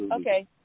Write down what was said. okay